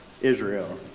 Israel